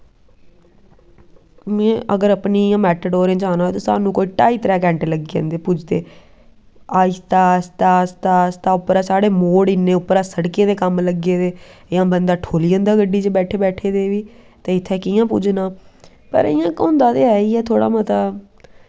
में अगर अपनी इयां मैटाडोरें जाना होऐ ते स्हानू कोई ढाई त्रै घैंटे लग्गी जंद् पुजदे आस्ता आस्ता आस्ता आस्ता उप्परा साढ़ै मोड़ इन्ने उप्परा सड़कें दे कम्म लग्गे दे इयां बंदा ठुल्ली जंदा बंदा बैठे बैठे दे बी ते इत्थें कियां पुज्जना पर इयां होंदा ते ऐ इयां थोह्ड़ा मता